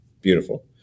beautiful